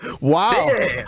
Wow